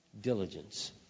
diligence